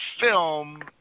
film